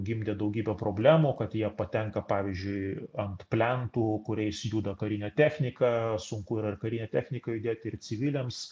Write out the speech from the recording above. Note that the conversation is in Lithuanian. gimdė daugybę problemų kad jie patenka pavyzdžiui ant plentų kuriais juda karinė technika sunku ir ar karine technika judėti ir civiliams